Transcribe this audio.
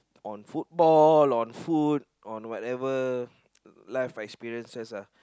on football on food on whatever life experiences lah